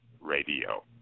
radio